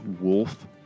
wolf